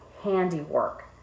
handiwork